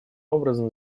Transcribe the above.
образом